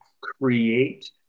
Create